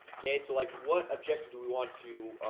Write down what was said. okay, so like what objective do we want to?